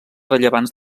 rellevants